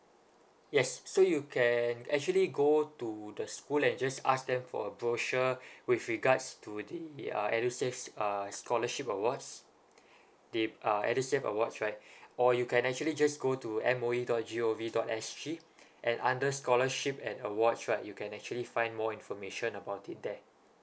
yes so you can actually go to the school and just ask them for a brochure with regards to the uh edusave uh scholarship awards the uh edusave awards right or you can actually just go to M O E dot G O V dot S G and under scholarship and awards right you can actually find more information about it there